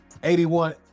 81